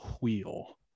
wheel